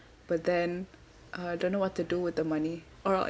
but then uh don't know what to do with the money or